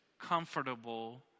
comfortable